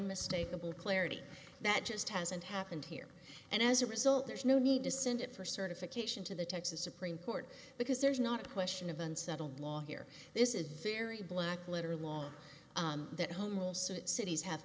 unmistakable clarity that just hasn't happened here and as a result there's no need to send it for certification to the texas supreme court because there's not a question of unsettled law here this is a very black letter law that homo suit cities ha